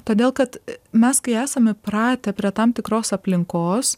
todėl kad mes kai esam įpratę prie tam tikros aplinkos